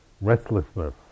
restlessness